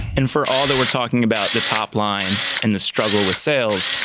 and for all that we're talking about the top line and the struggle with sales,